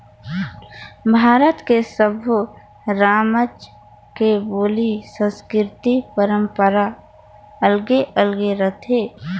भारत के सब्बो रामज के बोली, संस्कृति, परंपरा अलगे अलगे रथे